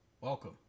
welcome